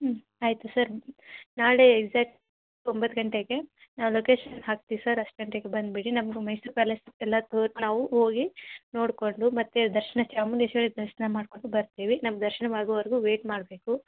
ಹ್ಞೂ ಆಯಿತು ಸರ್ ನಾಳೆ ಎಗ್ಜ್ಯಾಕ್ಟ್ ಒಂಬತ್ತು ಗಂಟೆಗೆ ನಾವು ಲೊಕೇಶನ್ ಹಾಕ್ತಿವಿ ಸರ್ ಅಷ್ಟು ಗಂಟೆಗೆ ಬಂದು ಬಿಡಿ ನಮಗು ಮೈಸೂರು ಪ್ಯಾಲೇಸ್ ಎಲ್ಲ ತೋರು ನಾವು ಹೋಗಿ ನೋಡಿಕೊಂಡು ಮತ್ತು ದರ್ಶನ ಚಾಮುಂಡೇಶ್ವರಿ ದರ್ಶನ ಮಾಡ್ಕೊಂಡು ಬರ್ತೀವಿ ನಮ್ಮ ದರ್ಶನ ಆಗೋವರೆಗು ವೇಟ್ ಮಾಡಬೇಕು